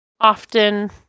often